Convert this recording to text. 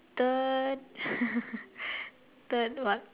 third third what